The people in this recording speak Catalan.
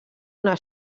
una